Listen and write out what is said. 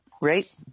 Right